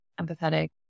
empathetic